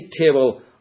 table